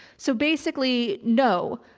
so basically no,